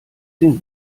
den